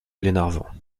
glenarvan